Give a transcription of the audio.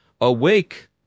Awake